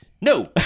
No